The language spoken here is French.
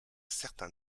certain